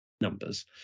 numbers